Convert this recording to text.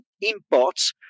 imports